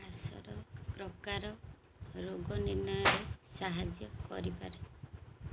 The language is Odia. କାଶର ପ୍ରକାର ରୋଗ ନିର୍ଣ୍ଣୟରେ ସାହାଯ୍ୟ କରିପାରେ